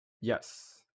Yes